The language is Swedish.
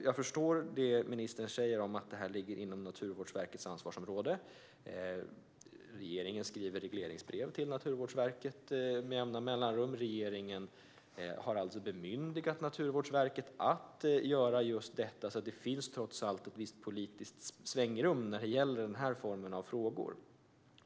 Jag förstår det som ministern säger, att det här ligger inom Naturvårdsverkets ansvarsområde. Regeringen skriver med jämna mellanrum regleringsbrev till Naturvårdsverket. Regeringen har alltså bemyndigat Naturvårdsverket att göra just detta. Det finns trots allt ett visst politiskt svängrum när det gäller den här formen av frågor.